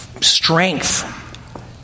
strength